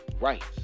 rights